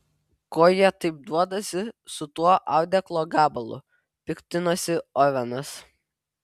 ko jie taip duodasi su tuo audeklo gabalu piktinosi ovenas